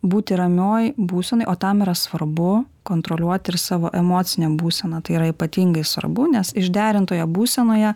būti ramioj būsenoj o tam yra svarbu kontroliuoti ir savo emocinę būseną tai yra ypatingai svarbu nes išderintoje būsenoje